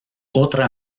otra